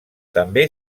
també